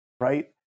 right